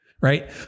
Right